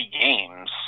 games